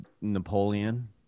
Napoleon